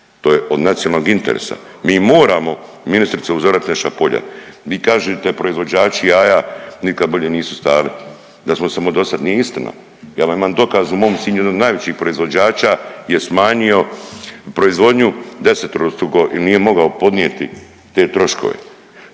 to je od nacionalnog interesa, mi moramo ministrice uzorat naša polja. Vi kažete proizvođači jaja nikad bolje nisu stajali, da smo samodostatni, nije istina. Ja vam imam dokaz u mom Sinju, jedan od najvećih proizvođača je smanjio proizvodnju 10-struko jel nije mogao podnijeti te troškove,